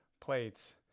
plates